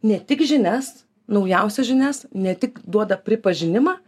ne tik žinias naujausias žinias ne tik duoda pripažinimą